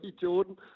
Jordan